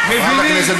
אלא לכול.